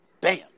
Bam